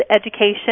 education